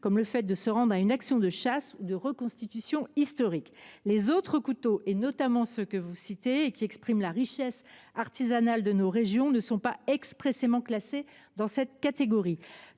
comme le fait de se rendre à une action de chasse ou de reconstitution historique. Les autres couteaux, notamment ceux que vous citez et qui reflètent la richesse artisanale de nos régions, ne sont pas expressément classés dans cette catégorie.